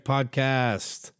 Podcast